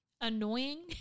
annoying